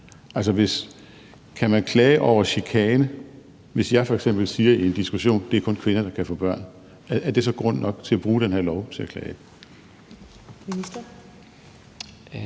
kan man klage over chikane, hvis jeg f.eks. siger i en diskussion: Det er kun kvinder, der kan få børn? Er det så grund nok til at bruge den her lov til at klage?